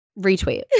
Retweet